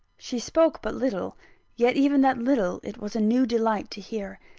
she spoke but little yet even that little it was a new delight to hear.